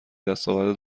دستاورد